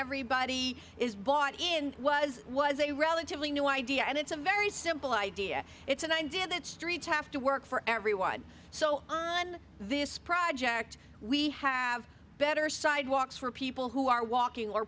everybody is bought in was was a relatively new idea and it's a very simple idea it's an idea that streets have to work for everyone so on this project we have better sidewalks for people who are walking or